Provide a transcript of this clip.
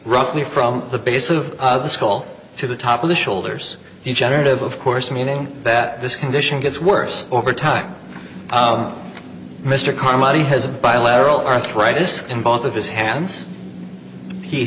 roughly from the base of the school to the top of the shoulders generative of course meaning that this condition gets worse over time mr comedy has bilateral arthritis in both of his hands he